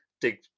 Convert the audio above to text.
dig